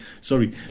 Sorry